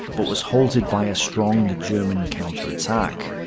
but was halted by a strong german counter attack.